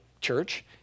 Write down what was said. church